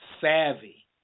savvy